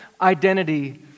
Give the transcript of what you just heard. identity